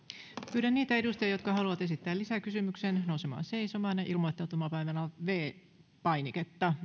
pyydän niitä edustajia jotka haluavat esittää lisäkysymyksen nousemaan seisomaan ja ilmoittautumaan painamalla viides painiketta